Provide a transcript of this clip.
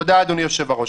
תודה, אדוני היושב-ראש.